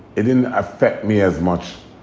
it didn't affect me as much.